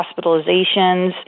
hospitalizations